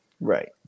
Right